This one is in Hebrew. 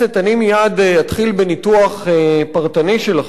אני מייד אתחיל בניתוח פרטני של החוק,